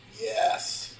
Yes